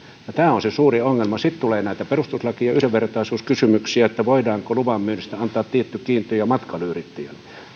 tämä on se suuri ongelma sitten tulee näitä perustuslaki ja yhdenvertaisuuskysymyksiä että voidaanko luvanmyynnistä antaa tietty kiintiö matkailuyrittäjälle